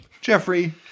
Jeffrey